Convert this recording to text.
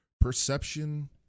perception